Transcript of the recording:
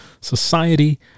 society